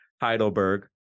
Heidelberg